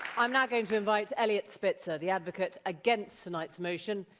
i'm now going to invite eliot spitzer, the advocate against tonight's motion,